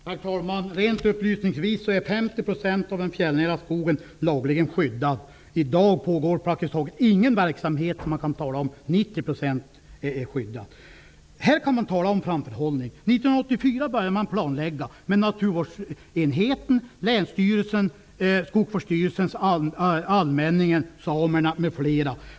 Herr talman! Rent upplysningsvis vill jag säga att 50 % av den fjällnära skogen är lagligen skyddad. I dag pågår praktiskt taget ingen verksamhet, så man skulle kunna säga att 90 % av den fjällnära skogen är skyddad. Här kan man tala om framförhållning. År 1984 Skogsvårdsstyrelsen, allmänningen, samerna, m.fl att planlägga.